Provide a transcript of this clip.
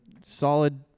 solid